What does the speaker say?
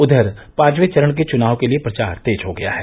उधर पांचवें चरण के चुनाव के लिये प्रचार तेज हो गया है